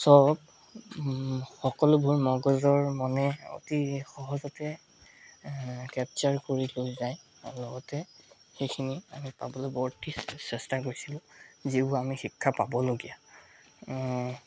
সব সকলোবোৰ মগজ আৰু মনে অতি সহজতে কেপচাৰ কৰি কৰি যায় আৰু লগতে সেইখিনি আমি পাবলৈ বৰ চেষ্টা কৰিছিলোঁ যিবোৰ আমি শিক্ষা পাবলগীয়া